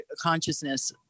consciousness